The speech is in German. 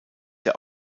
der